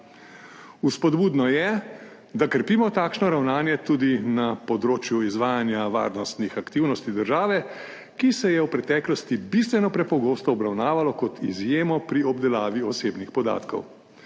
Vzpodbudno je, da krepimo takšno ravnanje tudi na področju izvajanja varnostnih aktivnosti države, kar se je v preteklosti bistveno prepogosto obravnavalo kot izjemo pri obdelavi osebnih podatkov.